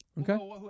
Okay